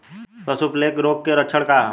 पशु प्लेग रोग के लक्षण का ह?